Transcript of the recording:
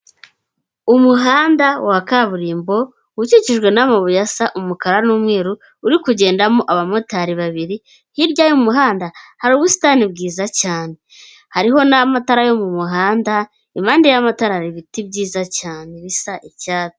Umuhanda wa kaburimbo ukikijwe n'amabuye asa umukara n'umweru, uri kugendamo abamotari babiri. Hirya y'umuhanda hari ubusitani bwiza cyane. Hariho n'amatara yo mu muhanda impande y'amatara hari ibiti byiza cyane bisa icyatsi.